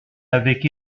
avec